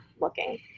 looking